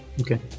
Okay